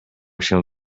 się